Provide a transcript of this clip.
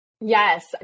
Yes